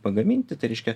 pagaminti tai reiškia